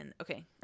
okay